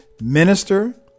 minister